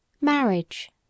MARRIAGE